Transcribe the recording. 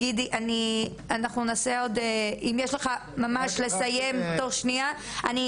גידי אם יש לך ממש כמה מילות סיום בכמה שניות.